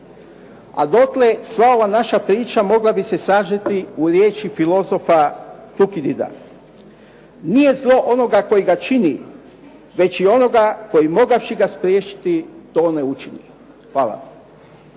A dotle sva ova naša priča mogla bi se sažeti u riječi filozofa Fukidida. Nije zlo onoga koji ga čini već i onoga koji mogavši ga spriječiti to ne učini. Hvala.